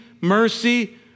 mercy